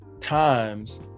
times